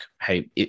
hey